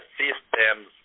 systems